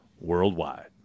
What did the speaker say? worldwide